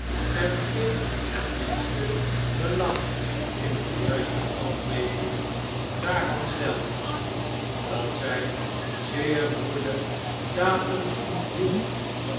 en geen het minste belang in de juiste afmetingen daarvan stelde dat zij zeer moeielijk datums onthield